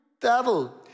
devil